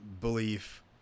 belief